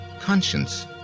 conscience